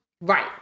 Right